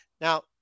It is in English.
Now